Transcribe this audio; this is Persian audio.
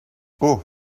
اوه